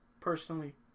personally